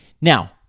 Now